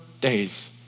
days